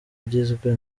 ugizwe